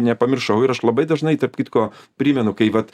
nepamiršau ir aš labai dažnai tarp kitko primenu kai vat